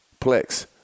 Plex